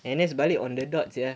N_S balik on the dot sia